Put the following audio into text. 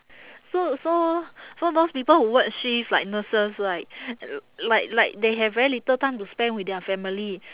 so so so those people who work shift like nurses right like like they have very little time to spend with their family